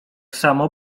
samo